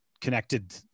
connected